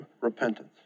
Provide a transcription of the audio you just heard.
repentance